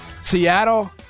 Seattle